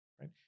right